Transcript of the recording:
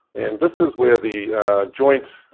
and this is where the joint,